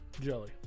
Jelly